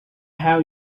hell